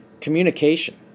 communication